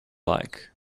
like